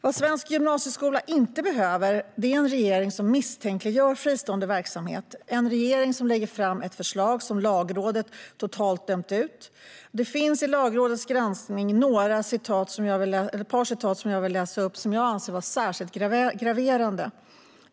Vad svensk gymnasieskola inte behöver är en regering som misstänkliggör fristående verksamhet, en regering som lägger fram ett förslag som Lagrådet totalt dömt ut. Jag vill läsa upp ett par citat från Lagrådets yttrande som jag anser vara särskilt graverande.